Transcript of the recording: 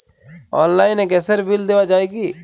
অনলাইনে গ্যাসের বিল দেওয়া যায় কি?